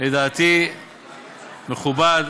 לדעתי מכובד,